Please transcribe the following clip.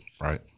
Right